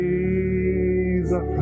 Jesus